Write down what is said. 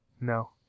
No